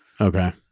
Okay